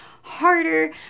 harder